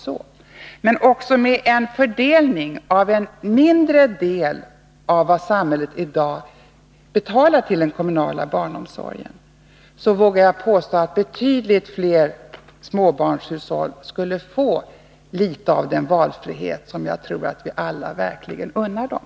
Men jag vågar påstå att också med en fördelning av en mindre del av vad samhället i dag betalar till den kommunala barnomsorgen skulle betydligt fler småbarnshushåll få litet av den valfrihet som jag tror att vi alla verkligen unnar dem.